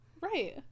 right